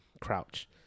crouch